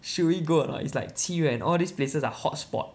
should we go or not it's like 七月 and all these places are hot spot